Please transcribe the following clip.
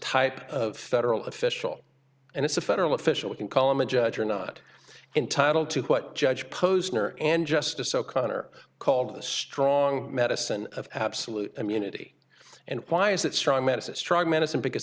type of federal official and it's a federal official we can call him a judge you're not entitled to what judge posner and justice o'connor called the strong medicine of absolute immunity and why is that strong medicine strong medicine because